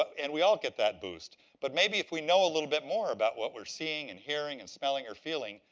and we all get that boost. but maybe if we know a little bit more about what we're seeing and hearing hearing and smelling or feeling,